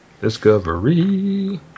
Discovery